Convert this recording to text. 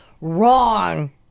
wrong